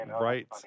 Right